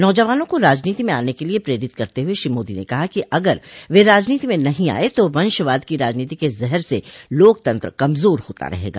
नौजवानों को राजनीति में आने के लिए प्रेरित करते हुए श्री मोदी ने कहा कि अगर वे राजनीति में नहीं आये तो वंशवाद की राजनीति के जहर से लोकतंत्र कमजोर होता रहेगा